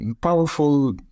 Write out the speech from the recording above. powerful